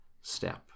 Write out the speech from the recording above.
step